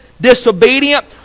disobedient